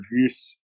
reduce